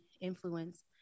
influence